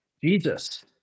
Jesus